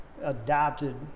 adopted